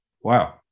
wow